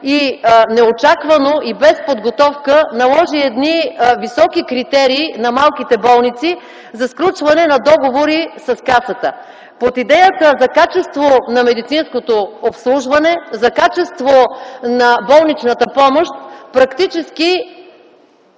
и неочаквано и без подготовка наложи едни високи критерии на малките болници за сключване на договори с Касата. Под идеята за качество на медицинското обслужване, за качество на болничната помощ практически,